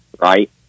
right